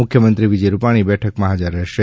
મુખ્યમંત્રી વિજય રૂપાણી બેઠકમાં હાજર રહેશે